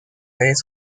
redes